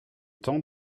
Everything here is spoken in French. temps